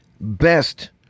best